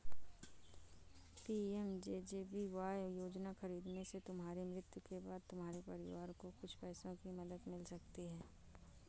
PMJJBY योजना खरीदने से तुम्हारी मृत्यु के बाद तुम्हारे परिवार को कुछ पैसों की मदद मिल सकती है